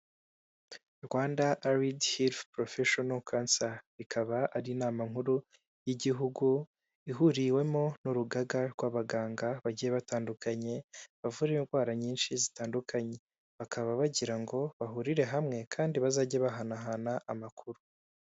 Rwanda Alidi herifu porosheno Kansa, ikaba ari inama nkuru y'igihugu, ihuriwemo n'urugaga rw'abaganga bagiye batandukanye, bavura indwara nyinshi zitandukanye, bakaba bagira ngo bahurire hamwe kandi bazajye bahanahana amakuru.